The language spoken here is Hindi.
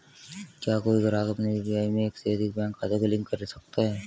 क्या कोई ग्राहक अपने यू.पी.आई में एक से अधिक बैंक खातों को लिंक कर सकता है?